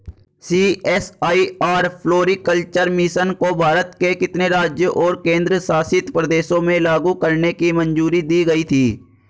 CSIR floriculture mission को भारत के कितने राज्यों और केंद्र शासित प्रदेशों में लागू करने की मंजूरी दी गई थी?